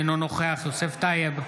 אינו נוכח יוסף טייב,